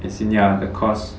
as in ya of course